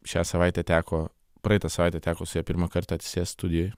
šią savaitę teko praeitą savaitę teko su ja pirmąkart atsisėst studijoj